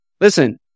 Listen